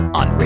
on